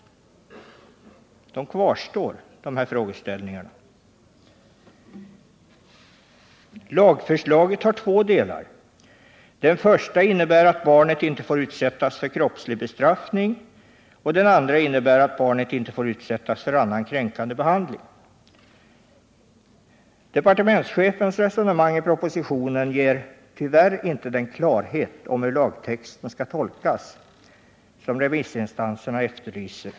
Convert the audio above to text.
Dessa frågeställningar kvarstår. Lagförslaget har två delar. Den första innebär att barnet inte får utsättas för kroppslig bestraffning och den andra innebär att barnet inte får utsättas för annan kränkande behandling. Departementschefens resonemang i propositionen ger tyvärr inte den klarhet om hur lagtexten skall tolkas som remissinstanserna efterlyser.